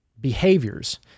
behaviors